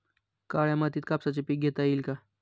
काळ्या मातीत कापसाचे पीक घेता येईल का?